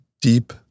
deep